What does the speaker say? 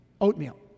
oatmeal